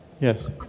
Yes